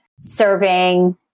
serving